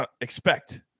expect